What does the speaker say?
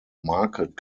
market